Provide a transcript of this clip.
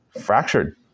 Fractured